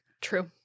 True